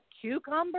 cucumber